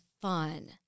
fun